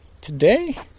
today